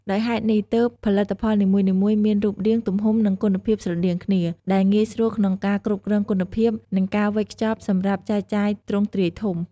ដោយហេតុនេះ ទើបផលិតផលនីមួយៗមានរូបរាង ទំហំ និងគុណភាពស្រដៀងគ្នា ដែលងាយស្រួលក្នុងការគ្រប់គ្រងគុណភាព និងការវេចខ្ចប់សម្រាប់ចែកចាយទ្រង់ទ្រាយធំ។